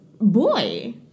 Boy